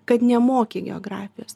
kad nemoki geografijos